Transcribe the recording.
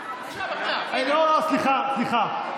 לא, סליחה, סליחה.